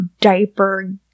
diaper